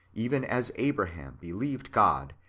even as abraham believed god,